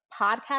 podcast